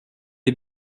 est